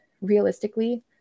realistically